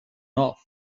off